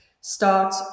start